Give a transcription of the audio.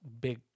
big